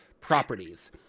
properties